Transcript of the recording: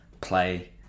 play